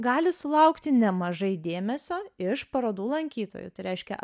gali sulaukti nemažai dėmesio iš parodų lankytojų tai reiškia